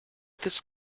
this